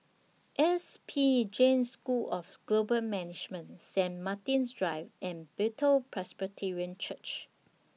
S P Jain School of Global Management Saint Martin's Drive and Bethel Presbyterian Church